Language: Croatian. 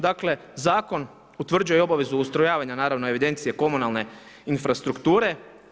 Dakle, zakon utvrđuje obavezu ustrojavanja naravno evidencije komunalne infrastrukture.